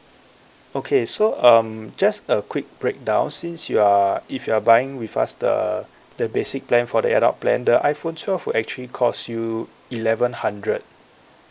okay so um just a quick breakdown since you are if you're buying with us the the basic plan for the adult plan the iphone twelve will actually cost you eleven hundred